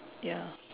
ya